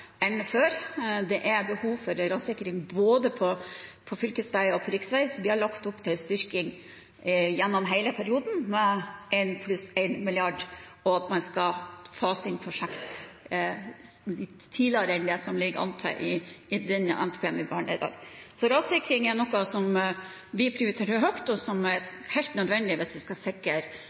enn før. Det er behov for rassikring både på fylkesvei og på riksvei, så vi har lagt opp til en styrking gjennom hele perioden på 1 pluss 1 mrd. kr, og til at man skal fase inn prosjekter tidligere enn det som det ligger an til i den NTP-en vi behandler i dag. Rassikring er noe vi prioriterer høyt, og som er helt nødvendig hvis vi skal sikre